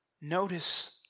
Notice